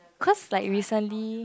cause like recently